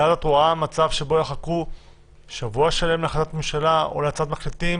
ואז את רואה מצב שבו יחכו שבוע שלם להחלטת ממשלה או להצעת מחליטים,